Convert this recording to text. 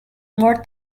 more